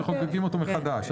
מחוקקים אותו מחדש.